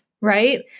right